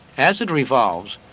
as it revolves,